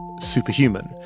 superhuman